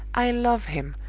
i love him!